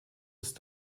ist